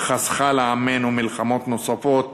חסכה לעמנו מלחמות נוספות